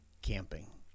camping